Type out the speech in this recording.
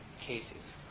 cases